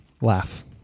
laugh